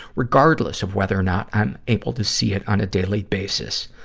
regardless of whether or not i'm able to see it on a daily basis.